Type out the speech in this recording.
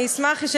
אשמח,